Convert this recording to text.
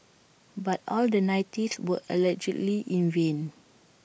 but all the niceties were allegedly in vain